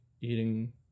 eating